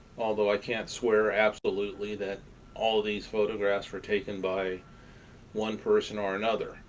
although i can't swear absolutely that all of these photographs were taken by one person or another.